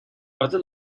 other